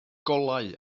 golau